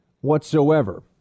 Whatsoever